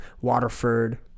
Waterford